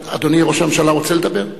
אדוני ראש הממשלה רוצה לדבר?